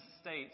States